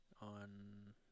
on